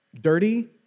dirty